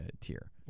tier